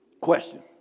Question